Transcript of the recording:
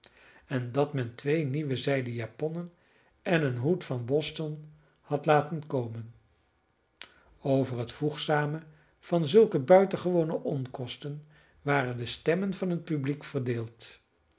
en dat men twee nieuwe zijden japonnen en een hoed van boston had laten komen over het voegzame van zulke buitengewone onkosten waren de stemmen van het publiek verdeeld